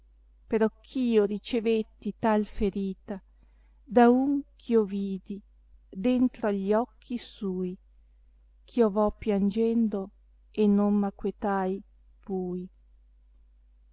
di perder la vita perocch'io ricevetti tal ferita da un eh io vidi dentro agli occhi sui gh io to piangendo e non m acquetai pui